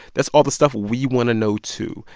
that's all the stuff we want to know, too.